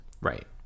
Right